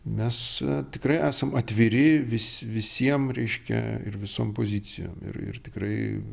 mes tikrai esam atviri vis visiem reiškia ir visom pozicijom ir ir tikrai